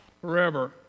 forever